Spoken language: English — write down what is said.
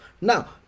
Now